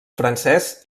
francès